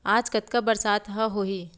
आज कतका बरसात ह होही?